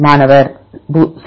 மாணவர் 0